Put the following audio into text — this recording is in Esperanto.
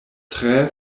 tre